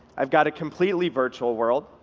i've got a completely virtual world,